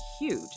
huge